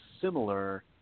similar